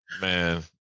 man